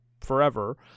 forever